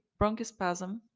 bronchospasm